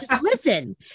listen